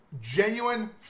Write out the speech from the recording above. Genuine